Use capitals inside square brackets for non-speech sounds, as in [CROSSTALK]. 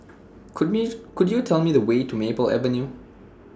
Could Me [UNINTELLIGIBLE] Could YOU Tell Me The Way to Maple Avenue